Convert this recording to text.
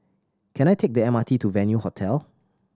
can I take the M R T to Venue Hotel